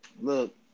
look